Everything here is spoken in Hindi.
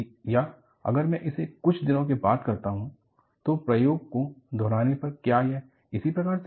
या अगर मैं इसे कुछ दिनों के बाद करता हूं तो प्रयोग को दोहराने पर क्या यह उसी प्रकार से होगा